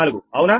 44 అవునా